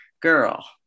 Girl